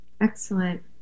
Excellent